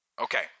Okay